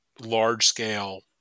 large-scale